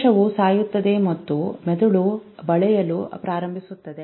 ಕೋಶವು ಸಾಯುತ್ತದೆ ಮತ್ತು ಮೆದುಳು ಬೆಳೆಯಲು ಪ್ರಾರಂಭಿಸುತ್ತದೆ